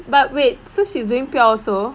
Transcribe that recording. but wait so she's doing pure also